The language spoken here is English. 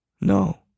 No